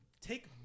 Take